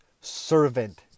servant